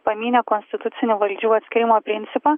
pamynė konstitucinį valdžių atskyrimo principą